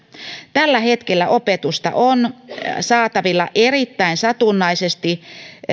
tällä hetkellä opetusta on saatavilla erittäin satunnaisesti